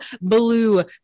blue